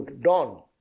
dawn